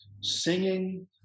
singing